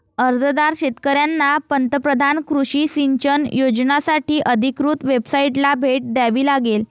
अर्जदार शेतकऱ्यांना पंतप्रधान कृषी सिंचन योजनासाठी अधिकृत वेबसाइटला भेट द्यावी लागेल